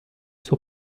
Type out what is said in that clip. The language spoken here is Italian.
suo